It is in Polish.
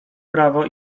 prawo